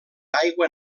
aigua